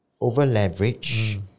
over-leverage